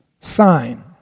sign